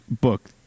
book